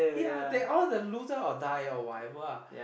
ya they all the loser or die or whatever lah